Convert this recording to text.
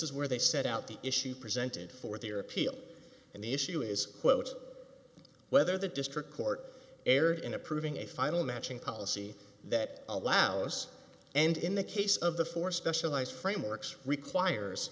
is where they set out the issue presented for their appeal and the issue is quote whether the district court erred in approving a final matching policy that allows and in the case of the for specialized frameworks requires